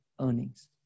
earnings